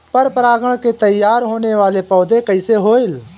पर परागण से तेयार होने वले पौधे कइसे होएल?